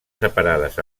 separades